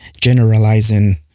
generalizing